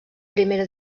primera